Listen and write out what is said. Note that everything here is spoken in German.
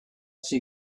sie